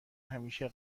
همیشه